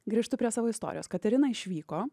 grįžtu prie savo istorijos katerina išvyko